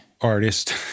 artist